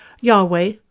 Yahweh